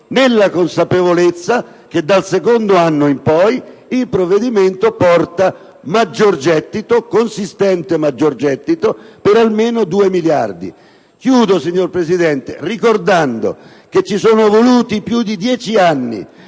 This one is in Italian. è la consapevolezza che dal secondo anno in poi il provvedimento porta un consistente maggior gettito, per almeno 2 miliardi di euro. Concludo, signor Presidente, ricordando che ci sono voluti più di dieci anni